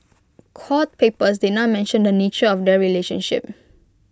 court papers did not mention the nature of their relationship